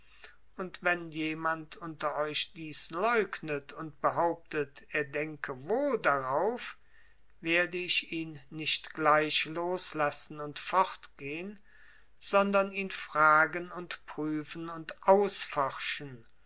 und wenn jemand unter euch dies leugnet und behauptet er denke wohl darauf werde ich ihn nicht gleich loslassen und fortgehen sondern ihn fragen und prüfen und ausforschen